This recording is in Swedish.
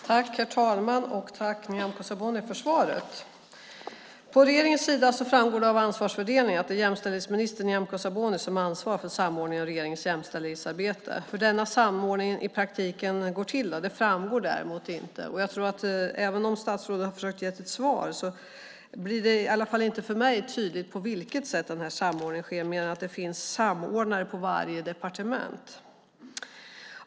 Herr talman! Tack, Nyamko Sabuni, för svaret! På regeringens hemsida framgår det av ansvarsfördelningen att det är jämställdhetsministern Nyamko Sabuni som har ansvar för samordningen av regeringens jämställdhetsarbete. Hur denna samordning i praktiken går till framgår däremot inte. Även om statsrådet har försökt ge ett svar blir det i alla fall inte för mig tydligt på vilket sätt denna samordning sker mer än att det finns samordnare på varje departement.